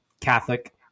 Catholic